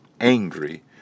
angry